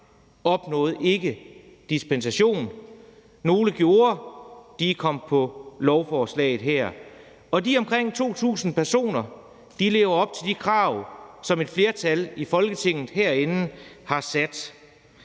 opnåede ikke dispensation. Nogle gjorde, og de kom på lovforslaget her. De omkring 2.000 personer lever op til de krav, som et flertal i Folketinget herinde har sat.